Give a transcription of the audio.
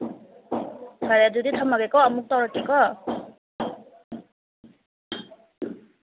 ꯐꯥꯔꯦ ꯑꯗꯨꯗꯤ ꯊꯃꯒꯦꯀꯣ ꯑꯃꯨꯛ ꯇꯧꯔꯛꯀꯦ ꯀꯣ